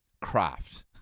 craft